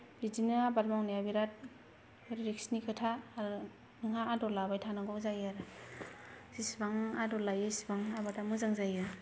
बिदिनो आबाद मावनाया बिराद रिक्सनि खोथा आरो नोंहा आदर लाबाय थांनांगौ जायो आरो जिसिबां आदर लायो इसिबां आबादा मोजां जायो